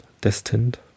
Destined